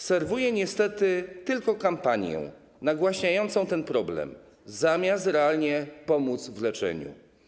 Serwuje niestety tylko kampanię nagłaśniającą ten problem, zamiast realnie pomóc w leczeniu.